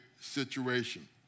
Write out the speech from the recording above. situation